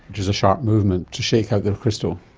which is a sharp movement to shake out the crystal.